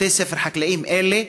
בתי ספר חקלאיים אלה,